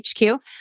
HQ